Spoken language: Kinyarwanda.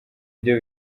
byo